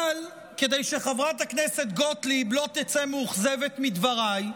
אבל כדי שחברת הכנסת גוטליב לא תצא מאוכזבת מדבריי,